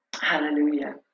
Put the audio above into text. Hallelujah